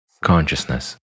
Consciousness